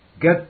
Get